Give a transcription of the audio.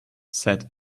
said